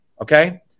okay